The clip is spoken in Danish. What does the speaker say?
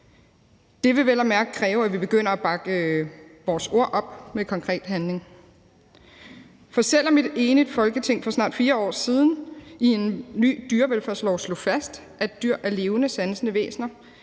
Det vil vel og mærke kræve, at vi begynder at bakke vores ord op med konkret handling. For selv om et enigt Folketing for snart 4 år siden i en ny dyrevelfærdslov slog fast, at dyr er levende sansende væsener,